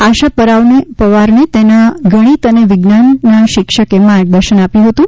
આશા પવારને તેના ગણિત વિજ્ઞાન શિક્ષકે માર્ગદર્શન આપ્યું હતું